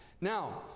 Now